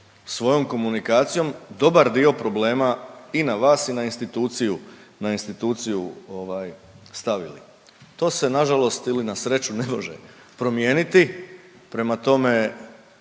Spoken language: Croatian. svojom komunikacijom dobra dio problema i na vas i na instituciju, na instituciju ovaj stavili. To se nažalost ili na sreću na može promijeniti. Prema tome